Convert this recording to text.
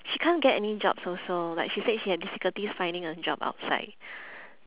she can't get any jobs also like she said she had difficulties finding a job outside